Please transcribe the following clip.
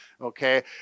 okay